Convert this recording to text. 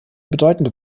bedeutende